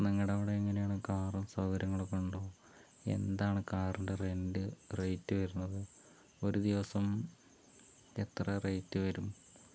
നിങ്ങടവിടെ എങ്ങനെയാണ് കാറ് സൗകര്യങ്ങളൊക്കെ ഉണ്ടോ എന്താണ് കാറിൻ്റെ റെൻറ്റ് റേറ്റ് വരുന്നത് ഒരു ദിവസം എത്ര റേറ്റ് വരും